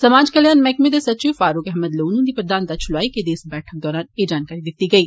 समाज कल्याण मैह्कमे दे सचिव फारूक अहमद लोन हुंदी प्रधानता च लोआई गेदी इक बैठक दौरान एह् जानकारी दित्ती गेई